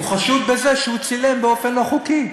הוא חשוד בזה שהוא צילם באופן לא חוקי.